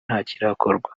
ntakirakorwa